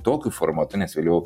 tokiu formatu nes vėliau